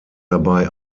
dabei